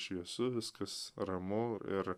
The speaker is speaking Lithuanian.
šviesu viskas ramu ir